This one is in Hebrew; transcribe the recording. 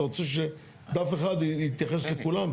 אתה רוצה שדף אחד יתייחס לכולם?